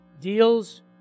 deals